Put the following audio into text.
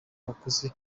abakozi